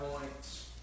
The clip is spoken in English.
points